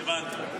הבנתי.